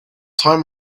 time